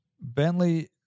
Bentley